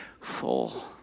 full